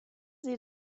sie